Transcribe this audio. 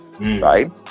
right